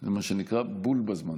זה מה שנקרא: בול בזמן.